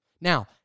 Now